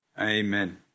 Amen